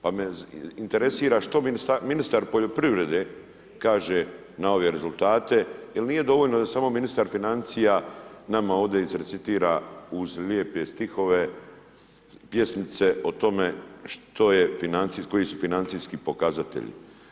Pa me interesira što ministar poljoprivrede kaže na ove rezultate, jer nije dovoljno da samo ministar financija nama ovdje izrecitira uz lijepe stihove pjesmice o tome koji su financijski pokazatelji.